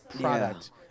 product